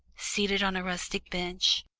seated on a rustic bench,